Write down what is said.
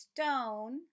stone